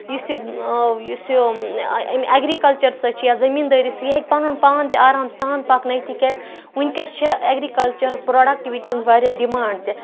یُس یہِ یُس یہِ اَمہِ ایٚگرِکَلچَر سۭتۍ چھِ یا زٔمیٖندٲری سۭتۍ یہِ ہیٚکہِ پَنُن پان تہِ آرام سان پَکنٲیِتھ تِکیازِ وٕنکیٚس چھِ ایٚگرِکَلچَر پروڈَکٹِوِٹی ہٕنٛز واریاہ ڈِمانٛڈ تہِ